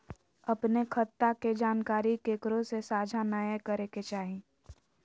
अपने खता के जानकारी केकरो से साझा नयय करे के चाही